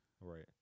Right